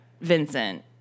Vincent